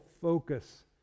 focus